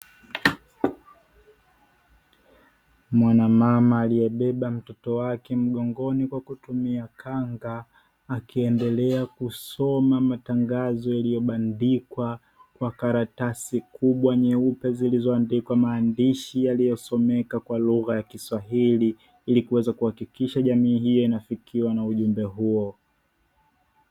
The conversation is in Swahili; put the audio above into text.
Mwanamama aliyebeba mtoto wake mgongoni kwa kutumia kanga, akiendelea kusoma matangazo yaliyobandikwa kwa karatasi kubwa nyeupe zilizoandikwa maandishi yaliyosomeka kwa lugha ya kiswahili ili kuweza kuhakikisha jamii hiyo inafikiwa na ujumbe huo.